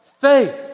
faith